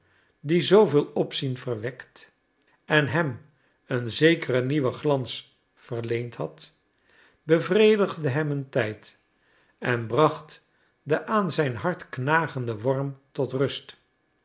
die zooveel opzien verwekt en hem een zekeren nieuwen glans verleend had bevredigde hem een tijd en bracht den aan zijn hart knagenden worm tot rust